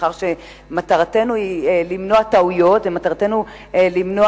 מאחר שמטרתנו היא למנוע טעויות ומטרתנו למנוע